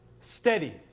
Steady